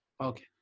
Okay